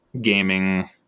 gaming